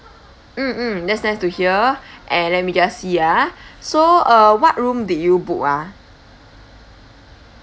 mm mm that's nice to hear and let me just see ah so uh what room did you book ah